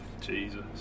Jesus